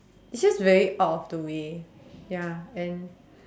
it's just very out of the way ya and